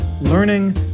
learning